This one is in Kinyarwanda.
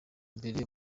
mbere